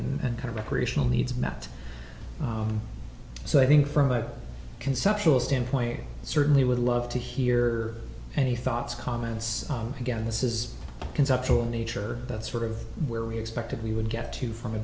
can and kind of recreational needs met so i think from a conceptual standpoint i certainly would love to hear any thoughts comments again this is conceptual in nature that's sort of where we expected we would get to from a